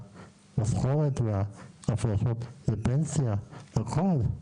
המשכורת וההפרשות לפנסיה הכל.